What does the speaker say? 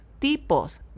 tipos